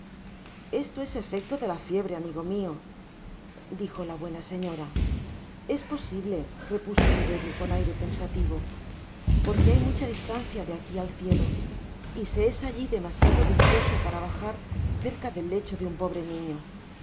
esto es efecto de la fiebre amigo rnio dijo la buena señora es posiblerepuso oliverio con aire pensativo porque hay mucha distancia de aqui al cielo y si eé alli demasiado dichoso para bajar cerca el lecho de un pobre niño sin